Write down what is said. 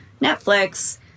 Netflix